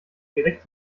direkt